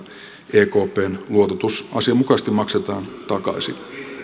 ekpn luototus asianmukaisesti maksetaan takaisin